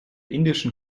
indischen